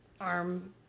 arm